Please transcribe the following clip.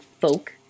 folk